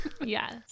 Yes